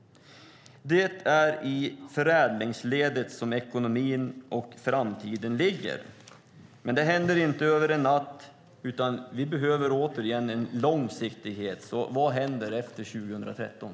Det är i förädlingsledet som ekonomin och framtiden ligger. Men det händer inte över en natt, utan vi behöver återigen en långsiktighet. Vad händer efter 2013?